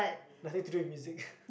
but need to do with music